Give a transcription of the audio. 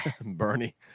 Bernie